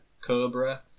Cobra